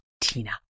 tina